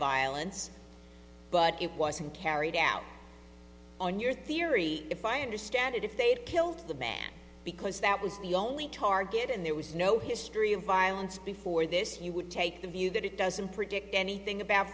violence but it wasn't carried out on your theory if i understand it if they'd killed the man because that was the only target and there was no history of violence before this you would take the view that it doesn't predict anything about